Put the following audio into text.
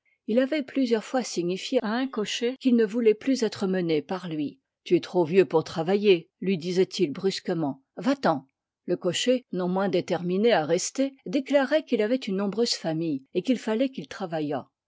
il avoit plusieurs fois signifié à un cocher qu'il ne vouloit plus être mené par lui tu es trop vieux pour travailler lui disôit il brusquement va-t'en le ii pàkt cocher non moins déterminé à rester dé liv i claroit qu'il avoit une nombreuse famille et qu'il falloit qu'il travaillât